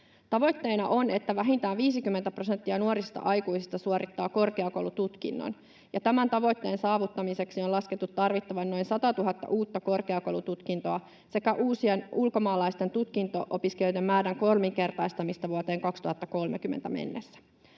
Tavoitteena on, että vähintään 50 prosenttia nuorista aikuisista suorittaa korkeakoulututkinnon, ja tämän tavoitteen saavuttamiseksi on laskettu tarvittavan noin 100 000 uutta korkeakoulututkintoa sekä uusien ulkomaalaisten tutkinto-opiskelijoiden määrän kolminkertaistamista vuoteen 2030 mennessä.